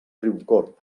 riucorb